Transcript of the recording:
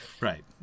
Right